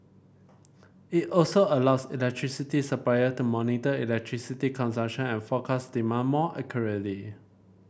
it also allows electricity supplier to monitor electricity consumption and forecast demand more accurately